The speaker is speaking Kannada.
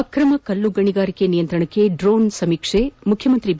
ಅಕ್ರಮ ಕಲ್ಲು ಗಣಿಗಾರಿಕೆ ನಿಯಂತ್ರಣಕ್ಕೆ ಡ್ರೋನ್ ಸಮೀಕ್ಷೆ ಮುಖ್ಯಮಂತ್ರಿ ಬಿ